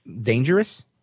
dangerous